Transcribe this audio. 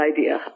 idea